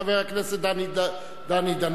חבר הכנסת דני דנון,